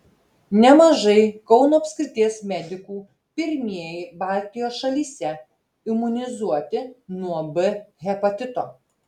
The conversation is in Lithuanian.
nemažai kauno apskrities medikų pirmieji baltijos šalyse imunizuoti nuo b hepatito